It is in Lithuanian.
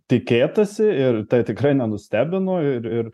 tikėtasi ir tai tikrai nenustebino ir ir